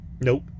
Nope